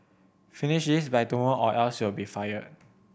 finish this by tomorrow or else you'll be fired